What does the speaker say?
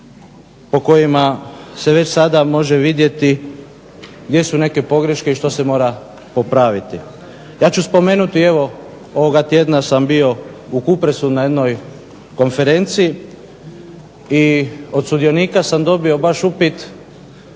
o kojima se već sada može vidjeti gdje su neke pogreške i što se mora popraviti. Ja ću spomenuti ovoga tjedna sam bio u Kupresu na jednoj konferenciji i od sudionika sam dobio upit